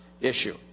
issue